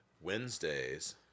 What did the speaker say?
Wednesdays